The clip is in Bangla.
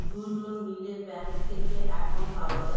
দুজন মিলে ব্যাঙ্ক থেকে অ্যাকাউন্ট পাওয়া যায়